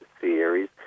series